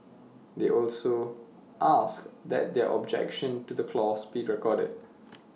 they also asked that their objection to the clause be recorded